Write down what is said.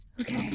Okay